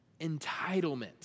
entitlement